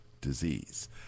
disease